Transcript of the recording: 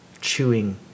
chewing